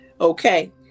okay